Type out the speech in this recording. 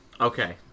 okay